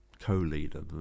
co-leader